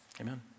Amen